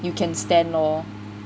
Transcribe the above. you can stand lor